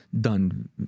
done